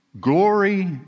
glory